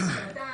אתה,